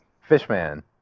Fishman